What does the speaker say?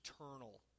eternal